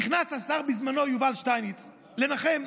נכנס השר בזמנו יובל שטייניץ לנחם,